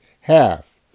half